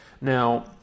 Now